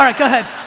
um like ahead.